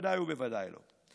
ודאי וודאי שלא.